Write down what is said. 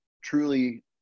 truly